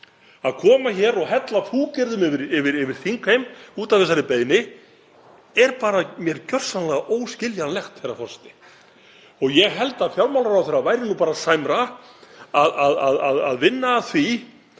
Að koma hér og hella fúkyrðum yfir þingheim út af þessari beiðni er mér bara gjörsamlega óskiljanlegt, herra forseti. Ég held að fjármálaráðherra væri sæmra að vinna að því